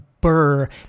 Burr